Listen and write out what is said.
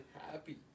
happy